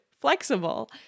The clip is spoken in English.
flexible